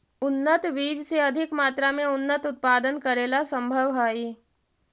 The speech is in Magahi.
उन्नत बीज से अधिक मात्रा में अन्नन उत्पादन करेला सम्भव हइ